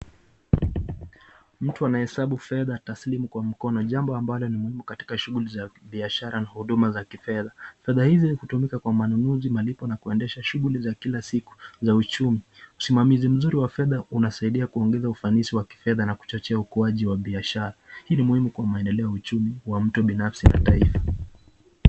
Mtu anahesabu fedha taslimu kwa mkono jambo ambalo ni muhimu katika shughuli za kibiashara na huduma za kifedha. Fedha hizi hutumika kwa manunuzi, malipo na kuendesha shughuli za kila siku za uchumu usimamizi mzuri wa fedha unasaidia kuongeza ufanisi wa kifedha na kuchochea ukuaji wa biashara hii ni muhimu kwa maendeleo ya uchumi, mtu binafsi na taifa.